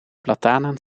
platanen